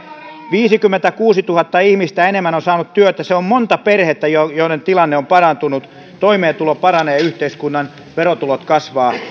viisikymmentäkuusituhatta ihmistä enemmän on saanut työtä se on monta sellaista perhettä joiden tilanne on parantunut toimeentulo paranee ja yhteiskunnan verotulot kasvavat